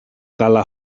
καλά